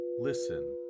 listen